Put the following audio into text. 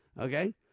Okay